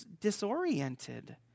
disoriented